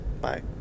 Bye